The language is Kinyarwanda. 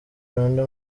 rwanda